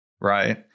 right